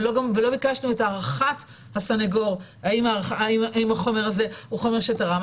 ולא ביקשנו את הערכת הסנגור האם החומר הזה הוא חומר שתרם.